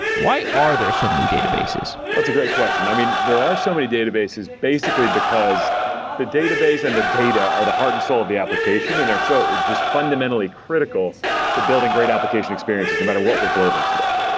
why are there so many databases? it's a great question. i mean, there are so many databases basically because the database and the data are the heart and soul of the application and they're so just fundamentally critical to building great application experiences no matter what we're building today.